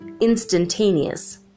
instantaneous